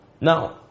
Now